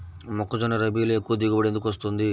మొక్కజొన్న రబీలో ఎక్కువ దిగుబడి ఎందుకు వస్తుంది?